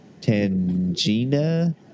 Tangina